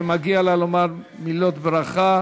ומגיע לה לומר מילות ברכה.